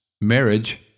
marriage